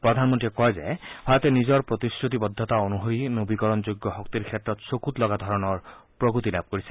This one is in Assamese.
প্ৰধানমন্ত্ৰীয়ে কয় যে ভাৰতে নিজৰ প্ৰতিশ্ৰতিবদ্ধতা অনুসৰি নবীকৰণযোগ্য শক্তিৰ ক্ষেত্ৰত চকুত লগা ধৰণৰ প্ৰগতি লাভ কৰিছে